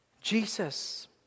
Jesus